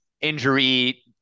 injury